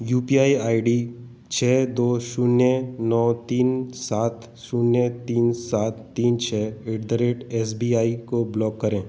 you P I I D छः दो शून्य नौ तीन सात शून्य तीन सात तीन छः at the rate S B I को ब्लॉक करें